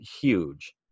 Huge